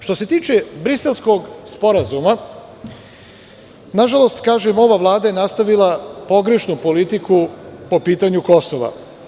Što se tiče Briselskog sporazuma nažalost, kažem ova Vlada je nastavila pogrešnu politiku po pitanju Kosova.